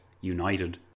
united